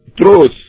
truth